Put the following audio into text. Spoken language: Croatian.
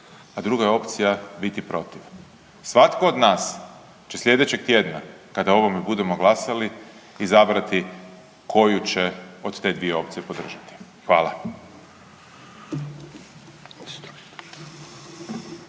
a druga je opcija biti protiv. Svatko od nas će sljedećeg tjedna kada o ovome budemo glasali izabrati koju će od te dvije opcije podržati. Hvala.